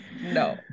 No